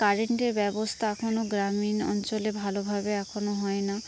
কারেন্টের ব্যবস্থা এখনও গ্রামীণ অঞ্চলে ভালোভাবে এখনও হয় না